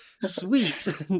sweet